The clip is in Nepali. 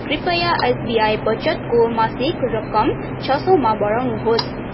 कृपया एसबिआई बचतको मासिक रकम छ सयमा बढाउनु होस्